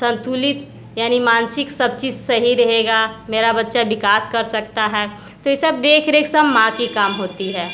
संतुलित यानी मानसिक सब चीज़ सही रहेगा मेरा बच्चा विकास कर सकता है यह सब देख रेख सब माँ की काम होती है